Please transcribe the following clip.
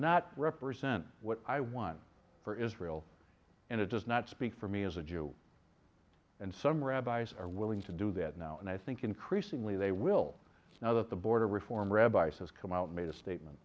not represent what i want for israel and it does not speak for me as a jew and some rabbis are willing to do that now and i think increasingly they will now that the border reform rabbi says come out made a statement